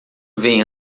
vem